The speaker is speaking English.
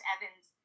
Evans